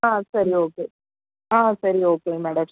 ஆ சரி ஓகே ஆ சரி ஓகே மேடம்